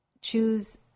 choose